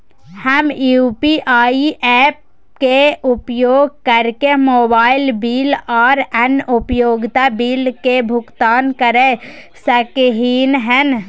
हम UPI apps के उपयोग कैरके मोबाइल बिल आर अन्य उपयोगिता बिल के भुगतान कैर सकलिये हन